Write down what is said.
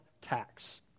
tax